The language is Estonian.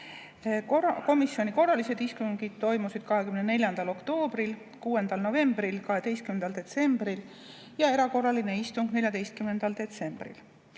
Komisjoni korralised istungid toimusid 24. oktoobril, 6. novembril ja 12. detsembril ning erakorraline istung 14. detsembril.